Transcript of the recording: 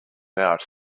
out